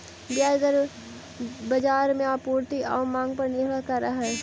ब्याज दर बाजार में आपूर्ति आउ मांग पर निर्भर करऽ हइ